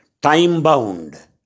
time-bound